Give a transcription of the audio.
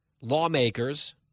lawmakers